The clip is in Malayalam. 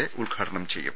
എ ഉദ്ഘാടനം ചെയ്യും